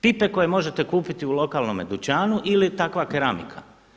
Pipe koje možete kupiti u lokalnome dućanu ili takva keramika.